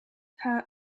her